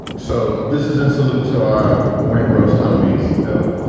so this is in salute to morning roast homies. you know,